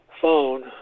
phone